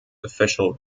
official